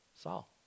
Saul